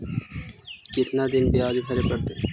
कितना दिन बियाज भरे परतैय?